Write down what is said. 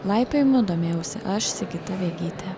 laipiojimu domėjausi aš sigita vegytė